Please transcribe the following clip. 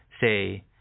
say